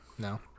No